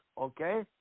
okay